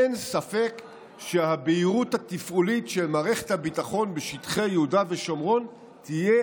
אין ספק שהבהירות התפעולית של מערכת הביטחון בשטחי יהודה ושומרון תהיה